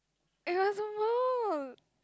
it doesn't work